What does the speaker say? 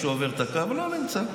שעובר את הקו לא נמצא.